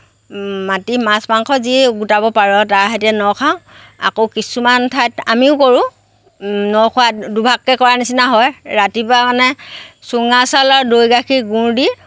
মাতি মাছ মাংস যি গোটাব পাৰোঁ আৰু তাৰ সৈতে ন খাওঁ আকৌ কিছুমান ঠাইত আমিও কৰোঁ ন খোৱা দুভাগকৈ কৰা নিচিনা হয় ৰাতিপুৱা মানে চুঙা চাউল আৰু দৈ গাখীৰ গুৰ দি